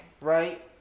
right